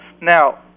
Now